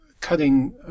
cutting